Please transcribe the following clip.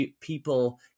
people